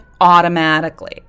automatically